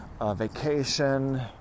vacation